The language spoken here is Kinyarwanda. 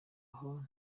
aho